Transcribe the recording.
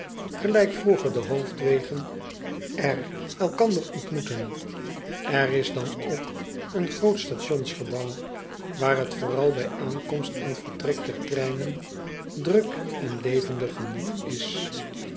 gelijk vroeger de hoofdwegen er elkander ontmoetten r is dan ook een groot stationsgebouw waar t vooral bij aankomst en vertrek der treinen druk en levendig genoeg is